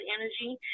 energy